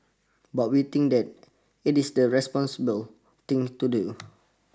but we think that it is the responsible thing to do